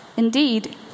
Indeed